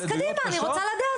אז קדימה, אני רוצה לדעת.